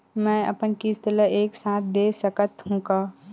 मै अपन किस्त ल एक साथ दे सकत हु का?